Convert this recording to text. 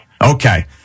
Okay